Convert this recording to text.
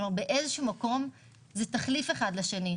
באיזשהו מקום זה תחליף אחד לשני.